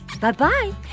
Bye-bye